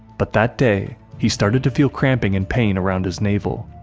but that day, he started to feel cramping and pain around his navel.